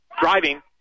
driving